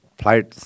flight